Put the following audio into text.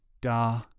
Da